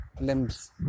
limbs